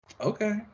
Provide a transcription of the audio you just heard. Okay